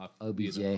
OBJ